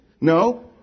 No